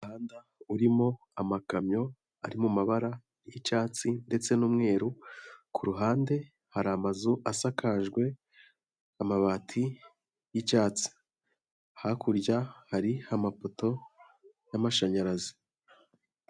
Kumuhanda urimo amakamyo ari mumabara yi'cyatsi ndetse n'umweru kuruhande hari amazu asakajwe amabati y'icyatsi hakurya hari amapoto yamashanyarazi.